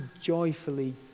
joyfully